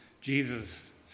Jesus